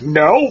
no